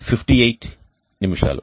97 58 నిమిషాలు